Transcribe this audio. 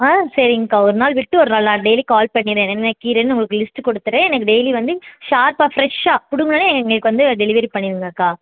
ஆ சரிங்கக்கா ஒரு நாள் விட்டு ஒரு நாள் நான் டெய்லி கால் பண்ணி என்னென்ன கீரைன்னு உங்களுக்கு லிஸ்ட்டு கொடுத்துட்றேன் எனக்கு டெய்லி வந்து ஷார்ப்பாக ஃப்ரஷ்ஷாக புடுங்கினோன்னே எங்களுக்கு வந்து டெலிவரி பண்ணிடுங்கக்கா